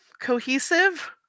cohesive